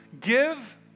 Give